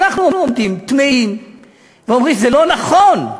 ואנחנו עומדים תמהים ואומרים: זה לא נכון.